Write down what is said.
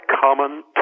common